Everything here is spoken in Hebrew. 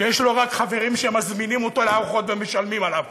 שיש לו רק חברים שמזמינים אותו לארוחות ומשלמים עליו,